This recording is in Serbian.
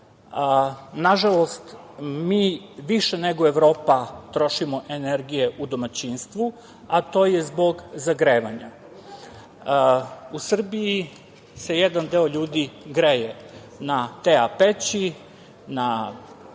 Nažalost, mi više nego Evropa trošimo energije u domaćinstvu, a to je zbog zagrevanja. U Srbiji se jedan deo ljudi greje na TA peći, na